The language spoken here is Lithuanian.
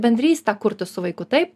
bendrystę kurti su vaiku taip